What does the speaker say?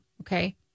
Okay